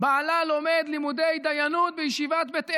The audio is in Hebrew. ובעלה לומד לימודי דיינות בישיבת בית אל.